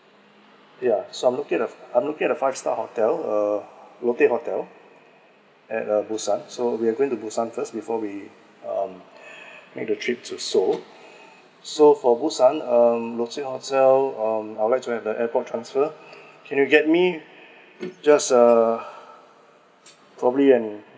yeah so I'm looking at I'm looking at five star hotel uh lotte hotel at uh busan so we're going to busan first before we um make the trip to seoul so for busan um lotte hotel um I would like to have the airport transfer can you get me just err probably an